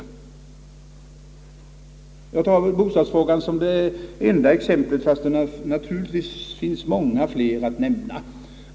Jag tar bostadsfrågan som det enda exemplet, fast det naturligtvis finns många fler att nämna.